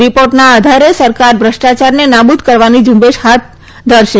રિપોર્ટના આધારે સરકાર ભ્રષ્ટાચારને નાબૂદ કરવાની ઝુંબેશ હાથ રહેશે